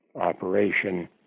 operation